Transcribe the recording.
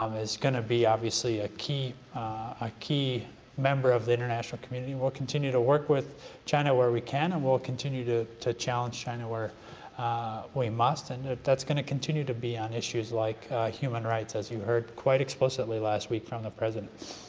um is going to be obviously a key a key member of the international community. we'll continue to work with china where we can, and we'll continue to to challenge china where we must, and that's going to continue to be on issues like human rights, as you heard quite explicitly last week from the president.